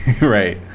Right